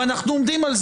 ואנחנו עומדים על זה.